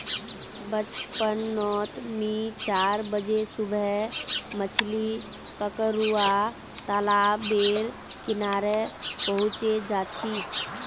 बचपन नोत मि चार बजे सुबह मछली पकरुवा तालाब बेर किनारे पहुचे जा छी